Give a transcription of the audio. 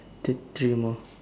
three three more